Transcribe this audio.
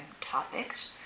topics